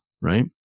right